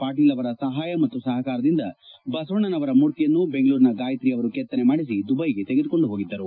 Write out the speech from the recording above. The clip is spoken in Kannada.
ಪಾಟೀಲ್ ಅವರ ಸಹಾಯ ಮತ್ತು ಸಹಕಾರದಿಂದ ಬಸವಣ್ಣವರ ಮೂರ್ತಿಯನ್ನು ಬೆಂಗಳೂರಿನ ಗಾಯತ್ರಿ ಅವರು ಕೆತ್ತನೆ ಮಾಡಿಸಿ ದುಬ್ಬೆಗೆ ತೆಗೆದುಕೊಂಡು ಹೋಗಿದ್ದರು